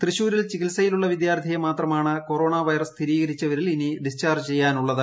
തൃശൂരിൽ ചികിത്സയിലുള്ള വിദ്യാർത്ഥിയെ മാത്രമാണ് കൊറോണ വൈറസ് സ്ഥിരീകരിച്ചവരിൽ ഇനി ഡിസ്ചാർജ് ചെയ്യാനുള്ളത്